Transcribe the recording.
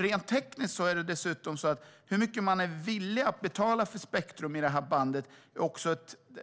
Rent tekniskt är det dessutom så att hur mycket man är villig att betala för spektrum i det bandet